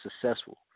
successful